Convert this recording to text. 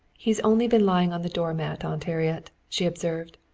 he's only been lying on the doormat, aunt harriet, she observed.